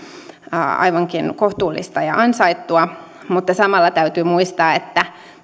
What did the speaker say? aivankin kohtuullista ja ansaittua mutta samalla täytyy muistaa että